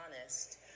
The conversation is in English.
Honest